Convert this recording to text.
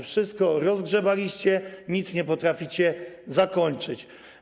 Wszystko rozgrzebaliście, nic nie potraficie zakończyć.